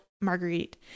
Marguerite